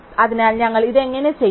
അതിനാൽ ഞങ്ങൾ ഇത് എങ്ങനെ ചെയ്യും